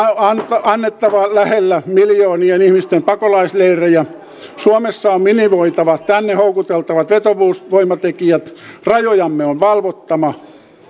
annettava lähellä miljoonien ihmisten pakolaisleirejä suomessa on minimoitava tänne houkuttelevat vetovoimatekijät rajojamme on valvottava